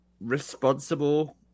responsible